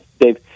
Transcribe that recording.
Dave